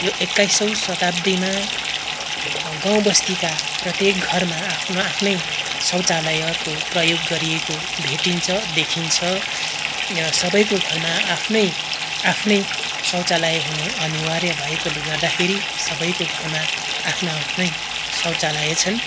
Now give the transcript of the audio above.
यो एक्काइसौ शताब्दीमा गाउँबस्तीका प्रत्येक घरमा आफ्नो आफ्नै शौचालयको प्रयोग गरिएको भेटिन्छ देखिन्छ र सबैको घरमा आफ्नै आफ्नै शौचालय हुनु अनिवार्य भएकोले गर्दाखेरि सबैको घरमा आफ्नो आफ्नै शौचालय छन्